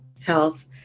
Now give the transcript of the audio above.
health